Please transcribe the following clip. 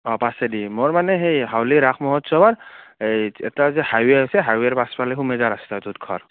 অ' পাছেদি মোৰ মানে সেই হাউলি ৰাস মহোৎসৱৰ এই এটা যে হাইৱে' আছে হাইৱে'ৰ পাছফালে সোমাই যোৱা ৰাস্তাটোত ঘৰ